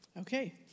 Okay